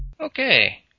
Okay